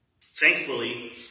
Thankfully